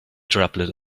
droplet